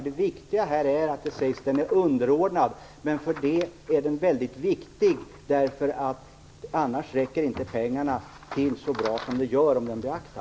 Det viktiga här är att det sägs att den är underordnad. Men trots det är den mycket viktig. Om den inte beaktas räcker pengarna inte till lika bra.